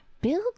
Build